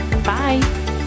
Bye